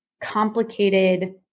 complicated